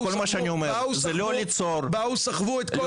כל מה שאני אומר זה לא ליצור --- באו וסחבו את כל התוכנית